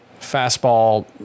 fastball